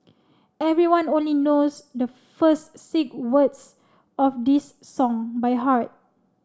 everyone only knows the first six words of this song by heart